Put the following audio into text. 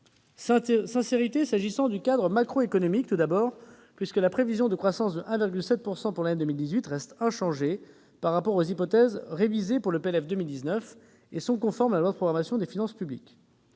Sincérité s'agissant du cadrage macroéconomique, tout d'abord, puisque la prévision de croissance de 1,7 % pour l'année 2018 reste inchangée par rapport aux hypothèses révisées dans le PLF pour 2019. C'est conforme à la loi de programmation des finances publiques.